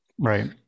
Right